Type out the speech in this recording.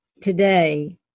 today